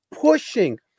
pushing